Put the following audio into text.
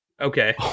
Okay